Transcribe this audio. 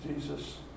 Jesus